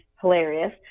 hilarious